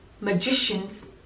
Magicians